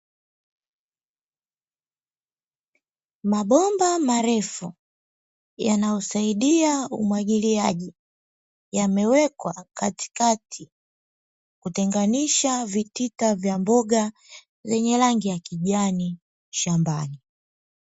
Mabomba marefu yanayosaidia umwagiliaji, yamewekwa katikati kutenganisha vitita vya mboga zenye rangi ya kijani shambani.